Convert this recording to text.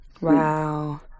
Wow